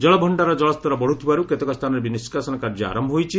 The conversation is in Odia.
ଜଳଭଶ୍ତାରର ଜଳସ୍ତର ବଢୁଥିବାରୁ କେତେକ ସ୍ଥାନରେ ନିଷ୍କାସନ କାର୍ଯ୍ୟ ଆରମ୍ଭ ହୋଇଛି